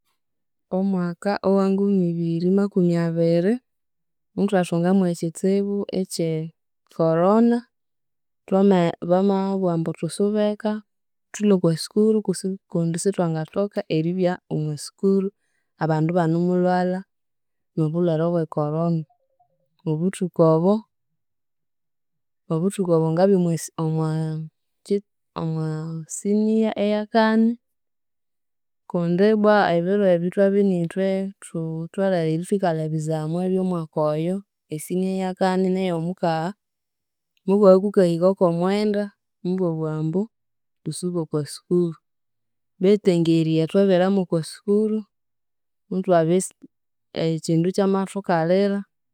Omwaka ow'engumi ibiri makumi abiri muthwathunga mw'ekitsibu eky'ee Corona, thwamaghe bamabugha ambu thusubeka thulhwe oko school kusi kundi isithwangathoka eribya omwa school abandu ibanemulhwalha obulhwere obw'e Corona, obuthuku obwo, obuthuku obwo ngabya omwasi omwaa ki omwaa siniya ey'akani, kundi ibbwa ebiro ebyo thwabya inithwe thutholhere ithwikalha ebizamu eby'omwaka oyo esiniya ey'akani n'ey'omukagha, mukwabya kukahika okw'omwenda, mubabugha ambu thusube okwa school, betu engeri ey'athwaberamu oko school, muthwabya isi, ekindu ikyamathukalira.